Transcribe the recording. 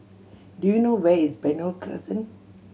do you know where is Benoi Crescent